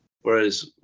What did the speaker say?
Whereas